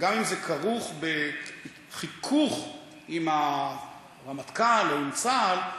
וגם אם זה כרוך בחיכוך עם הרמטכ"ל או עם צה"ל,